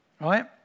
Right